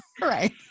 right